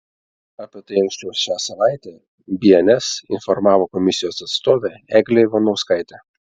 apie tai anksčiau šią savaitę bns informavo komisijos atstovė eglė ivanauskaitė